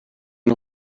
nhw